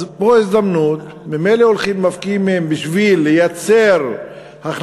אז פה יש הזדמנות: ממילא הולכים ומפקיעים מהם בשביל לייצר הכנסה,